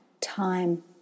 time